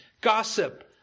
gossip